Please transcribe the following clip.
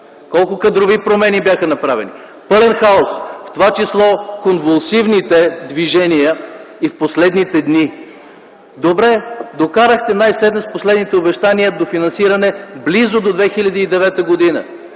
колко кадрови промени бяха направени? Пълен хаос. В това число конвулсивните движения и в последните дни. Добре, докарахте го най-сетне с последните обещания до финансиране близо до 2009 г.